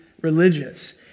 religious